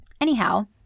Anyhow